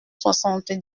soixante